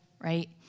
right